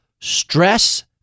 stress